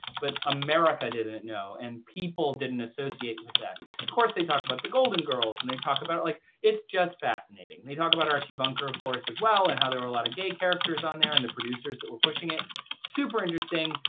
but america didn't know, and people didn't associate with that. of course, they talk about the golden girls, and they talk about it like it's just fascinating. they talk about archie bunker, of course, as well, and how there were a lot of gay characters on there, and the producers that were pushing it super interesting,